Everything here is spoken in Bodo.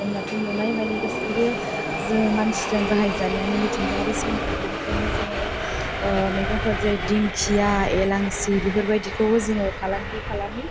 जोंनाथ' नुनाय मानि गासिबो जों मानसिजों बाहायजानायानो मिथिंगायारि सम्फद बेनिखायनो जोङो मैगंफोर जेरै दिंखिया इलांसि बेफोरबादिखौबो जों फालांगि खालामो